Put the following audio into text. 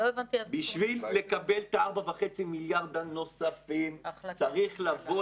בשביל לקבל את ה-4.5 מיליארד הנוספים צריך לבוא